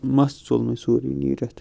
مَس ژوٚل مےٚ سورُے نیٖرِتھ